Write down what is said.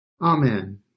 Amen